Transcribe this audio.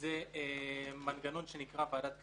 זה מנגנון שנקרא "ועדת קנסות".